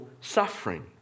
suffering